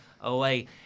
away